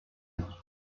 ubwe